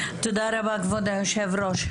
תודה רבה כבוד יושב הראש.